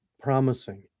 promising